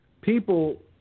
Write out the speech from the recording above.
People